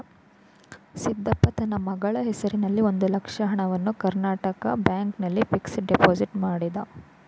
ಸಿದ್ದಪ್ಪ ತನ್ನ ಮಗಳ ಹೆಸರಿನಲ್ಲಿ ಒಂದು ಲಕ್ಷ ಹಣವನ್ನು ಕರ್ನಾಟಕ ಬ್ಯಾಂಕ್ ನಲ್ಲಿ ಫಿಕ್ಸಡ್ ಡೆಪೋಸಿಟ್ ಮಾಡಿದ